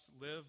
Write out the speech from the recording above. live